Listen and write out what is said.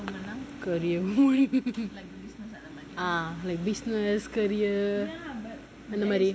career மாரி:maari ah like business career அந்த மாரி:antha maari